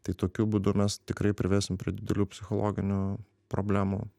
tai tokiu būdu mes tikrai privesim prie didelių psichologinių problemų